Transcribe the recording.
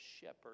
shepherd